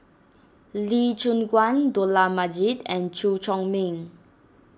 Lee Choon Guan Dollah Majid and Chew Chor Meng